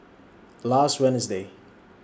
last Wednesday